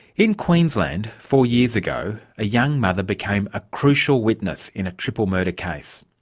in queensland, four years ago, a young mother became a crucial witness in a triple murder case.